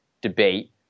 debate